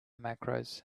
macros